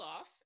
off